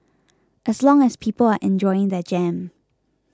as long as people are enjoying their jam